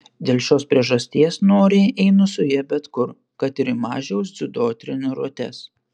dėl šios priežasties noriai einu su ja bet kur kad ir į mažiaus dziudo treniruotes